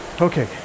Okay